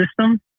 system